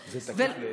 זה פרסונלי,